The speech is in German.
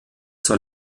zur